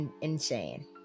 insane